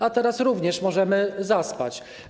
A teraz również możemy zaspać.